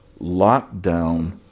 lockdown